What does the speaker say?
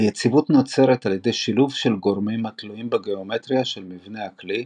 היציבות נוצרת על ידי שילוב של גורמים התלויים בגאומטריה של מבנה הכלי,